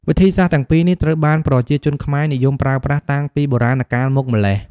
វិធីសាស្ត្រទាំងពីរនេះត្រូវបានប្រជាជនខ្មែរនិយមប្រើប្រាស់តាំងពីបុរាណកាលមកម្ល៉េះ។